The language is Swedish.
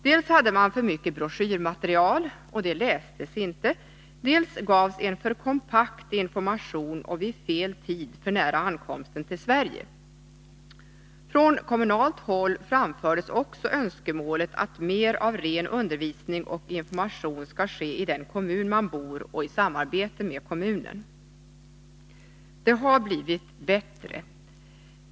Dels hade man för mycket broschyrmaterial, och det lästes inte, dels gav man en alltför kompakt information och vid fel tid — för kort tid efter ankomsten till Sverige. Från kommunalt håll framfördes också önskemålet, att mer av ren undervisning och information skall ges i den kommun där invandraren bor och i samarbete med kommunen. Det har blivit bättre.